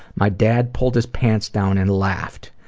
my dad pulled his pants down and laughed.